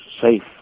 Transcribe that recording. safe